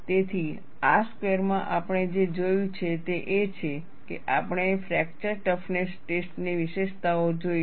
તેથી આ સ્ક્વેરમાં આપણે જે જોયું છે તે એ છે કે આપણે ફ્રૅક્ચર ટફનેસ ટેસ્ટ ની વિશેષતાઓ જોઈ છે